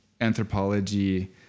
anthropology